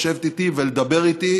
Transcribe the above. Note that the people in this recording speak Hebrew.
לשבת איתי ולדבר איתי,